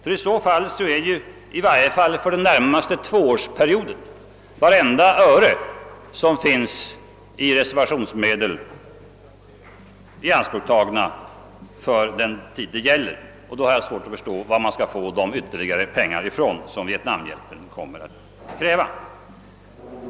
I så fall är åtminstone för den närmaste tvåårsperioden vartenda öre som finns i reservationsmedel ianspråk taget för den tid det gäller, och då har jag svårt att förstå varifrån man skall få de ytterligare pengar som vietnamhjälpen kommer att kräva.